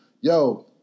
yo